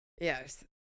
Yes